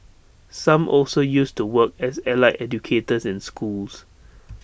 some also used to work as allied educators in schools